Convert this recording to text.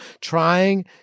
trying